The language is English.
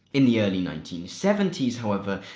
in the early nineteen seventy s however,